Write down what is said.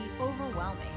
overwhelming